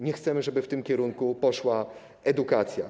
Nie chcemy, żeby w tym kierunku poszła edukacja.